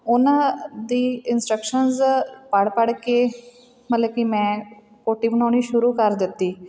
ਉਹਨਾਂ ਦੀ ਇੰਸਟਰਕਸ਼ਨਸ ਪੜ੍ਹ ਪੜ੍ਹ ਕੇ ਮਤਲਬ ਕਿ ਮੈਂ ਕੋਟੀ ਬਣਾਉਣੀ ਸ਼ੁਰੂ ਕਰ ਦਿੱਤੀ